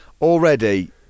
already